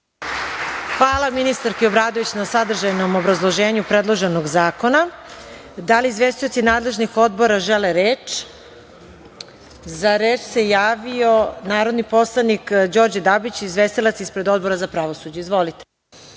Hvala ministarki Obradović na sadržajnom obrazloženju predloženog zakona. Da li izvestioci nadležnih odbora žele reč? (Da)Za reč se javio narodni poslanik Đorđe Dabić, izvestilac ispred Odbora za pravosuđe. Izvolite.